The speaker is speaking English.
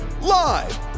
Live